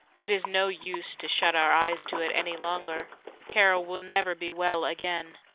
it is no use to shut our eyes to it any longer carol will never be well again.